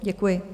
Děkuji.